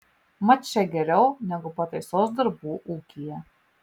mat čia geriau negu pataisos darbų ūkyje